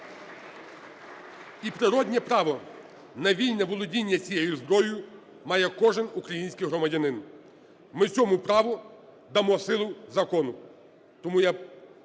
І природне право на вільне володіння цією зброєю має кожен український громадянин. Ми цьому праву дамо силу закону.